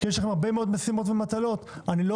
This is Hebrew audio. כי יש לכם הרבה מאוד מטלות.